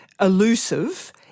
elusive